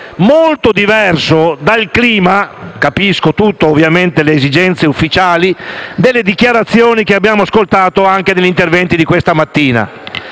diverso dal clima (capisco ovviamente le esigenze ufficiali) delle dichiarazioni che abbiamo ascoltato anche negli interventi di questa mattina.